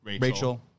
Rachel